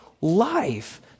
life